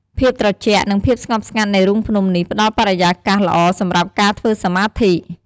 ភាពត្រជាក់ និងភាពស្ងប់ស្ងាត់នៃរូងភ្នំនេះផ្តល់បរិយាកាសល្អសម្រាប់ការធ្វើសមាធិ។